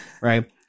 Right